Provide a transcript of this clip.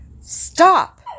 Stop